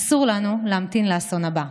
אסור לנו להמתין לאסון הבא.